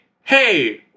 hey